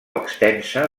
extensa